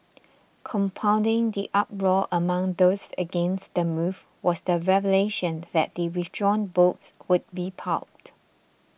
compounding the uproar among those against the move was the revelation that the withdrawn books would be pulped